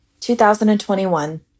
2021